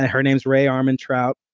her name's rae armantrout.